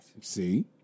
See